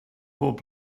pob